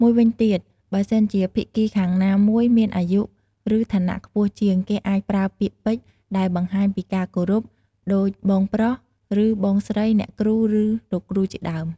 មួយវិញទៀត បើសិនជាភាគីខាងណាមួយមានអាយុ ឬឋានៈខ្ពស់ជាង គេអាចប្រើពាក្យពេចន៍ ដែលបង្ហាញពីការគោរព ដូចបងប្រុស ឬ បងស្រី អ្នកគ្រូ ឬ លោកគ្រូជាដើម។